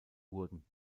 wurden